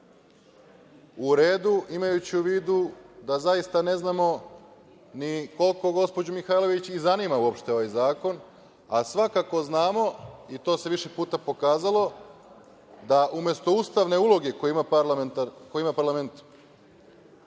u redu, imajući u vidu da zaista ne znamo ni koliko gospođu Mihajlović i zanima uopšte ovaj zakon, a svakako znamo i to se više puta pokazalo, da umesto ustavne uloge koju ima parlament